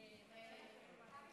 בבקשה, שלוש דקות, אדוני.